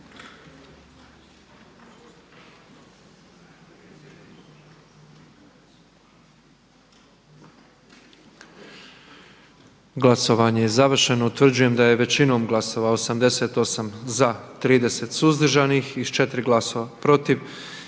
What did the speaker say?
Glasovanje je završeno. Utvrđujem da je većinom glasova 88 za, 30 suzdržanih i s 4 glasova protiv